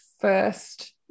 first